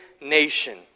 nation